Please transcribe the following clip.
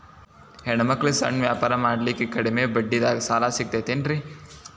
ಹೆಣ್ಣ ಮಕ್ಕಳಿಗೆ ಸಣ್ಣ ವ್ಯಾಪಾರ ಮಾಡ್ಲಿಕ್ಕೆ ಕಡಿಮಿ ಬಡ್ಡಿದಾಗ ಸಾಲ ಸಿಗತೈತೇನ್ರಿ?